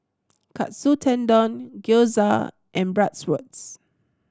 Katsu Tendon Gyoza and Bratwurst